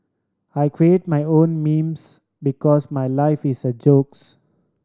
I create my own memes because my life is a jokes